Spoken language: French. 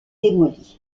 démoli